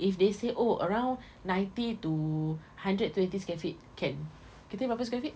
if they say oh around ninety to hundred twenty square feet can kita berapa square feet